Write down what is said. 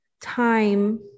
time